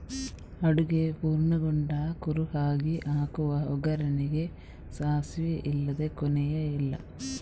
ಅಡುಗೆ ಪೂರ್ಣಗೊಂಡ ಕುರುಹಾಗಿ ಹಾಕುವ ಒಗ್ಗರಣೆಗೆ ಸಾಸಿವೆ ಇಲ್ಲದೇ ಕೊನೆಯೇ ಇಲ್ಲ